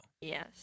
Yes